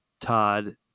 Todd